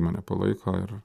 mane palaiko ir